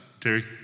Terry